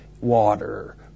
water